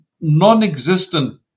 non-existent